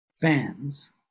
fans